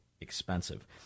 expensive